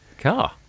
Car